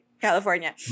California